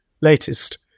latest